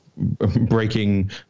breaking